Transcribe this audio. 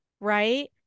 right